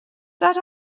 that